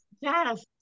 Yes